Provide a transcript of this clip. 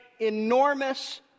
enormous